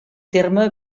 terme